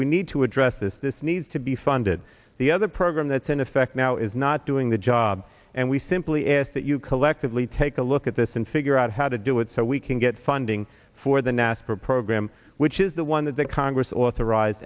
we need to address this this needs to be funded the other program that's in effect now is not doing the job and we simply ask that you collectively take a look at this and figure out how to do it so we can get funding for the nascar program which is the one that the congress authorized